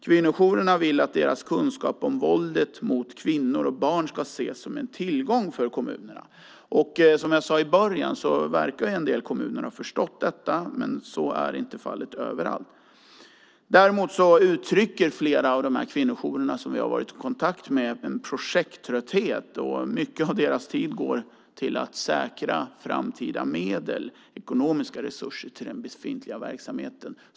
Kvinnojourerna vill att deras kunskap om våldet mot kvinnor och barn ska ses som en tillgång för kommunerna. Som jag sade i början verkar en del kommuner ha förstått detta, men så är inte fallet överallt. Däremot uttrycker flera av de kvinnojourer som vi har varit i kontakt med en projekttrötthet. Mycket av deras tid går till att säkra framtida medel, ekonomiska resurser, till den befintliga verksamheten.